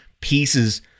pieces